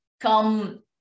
come